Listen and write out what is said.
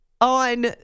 On